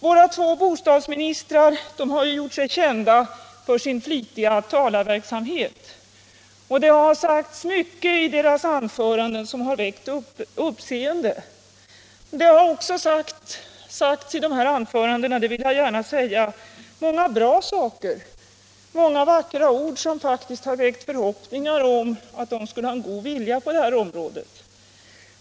Våra två bostadsministrar har gjort sig kända för sin flitiga talarverksamhet, och det har sagts mycket i deras anföranden som har väckt uppseende. Jag vill för min del gärna framhålla att de i dessa anföranden också har sagt många bra saker och många vackra ord, som faktiskt har väckt förhoppningar om att de skulle ha en god vilja på det här området.